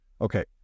Okay